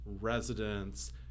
residents